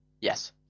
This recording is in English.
Yes